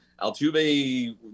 Altuve